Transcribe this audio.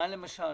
מה למשל?